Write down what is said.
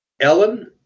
Ellen